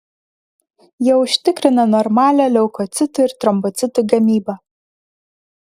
jie užtikrina normalią leukocitų ir trombocitų gamybą